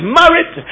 married